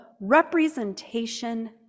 representation